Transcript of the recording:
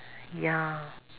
ya